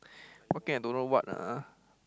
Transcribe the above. don't know what ah